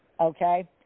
Okay